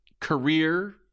career